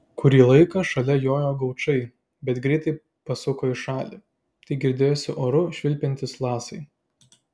kurį laiką šalia jojo gaučai bet greitai pasuko į šalį tik girdėjosi oru švilpiantys lasai